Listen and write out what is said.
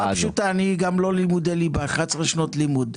בשפה פשוטה, אני גם לא ליבה, 11 שנות לימוד.